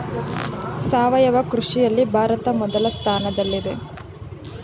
ಸಾವಯವ ಕೃಷಿಯಲ್ಲಿ ಭಾರತ ಮೊದಲ ಸ್ಥಾನದಲ್ಲಿದೆ